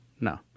no